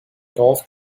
golf